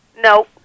No